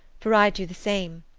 for i do the same,